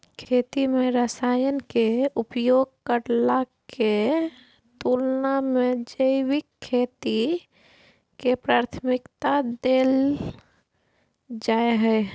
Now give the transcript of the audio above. खेती में रसायन के उपयोग करला के तुलना में जैविक खेती के प्राथमिकता दैल जाय हय